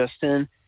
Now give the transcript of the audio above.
Justin